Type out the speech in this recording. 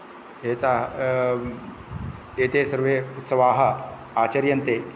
एताः एते सर्वे उत्सवाः आचर्यन्ते